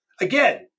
Again